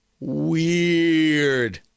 weird